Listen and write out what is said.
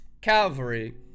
Calvary